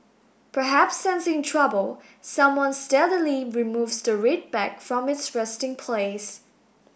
perhaps sensing trouble someone stealthily removes the red bag from its resting place